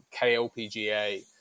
klpga